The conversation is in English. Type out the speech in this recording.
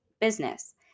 business